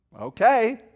Okay